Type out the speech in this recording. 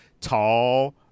tall